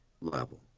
level